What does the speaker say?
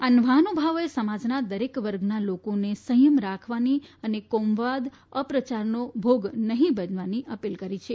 આ મહાનુભાવોએ સમાજના દરેક વર્ગના લોકોને સંયમ રાખવાની અને કોમવાદ અપપ્રયારનો ભોગ નહિં બનવાની અપીલ કરી છે